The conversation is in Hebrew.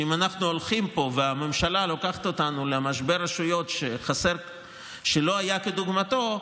שאם אנחנו הולכים פה והממשלה לוקחת אותנו למשבר רשויות שלא היה כדוגמתו,